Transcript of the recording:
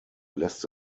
lässt